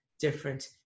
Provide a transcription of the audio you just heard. different